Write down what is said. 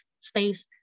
space